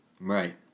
Right